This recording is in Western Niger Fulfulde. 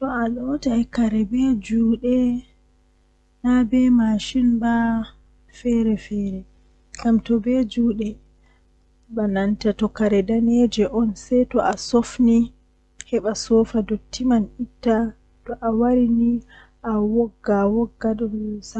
Haa nyande mi wawan mi dilla jahangal kilomitaaji